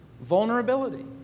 vulnerability